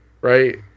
right